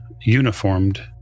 uniformed